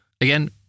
again